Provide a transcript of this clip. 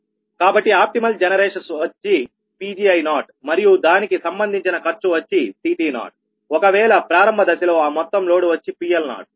కాబట్టి optimal generations వచ్చి Pgi0 మరియు దానికి సంబంధించిన ఖర్చు వచ్చి CT0ఒకవేళ ప్రారంభదశలో ఆ మొత్తం లోడ్ వచ్చి PL0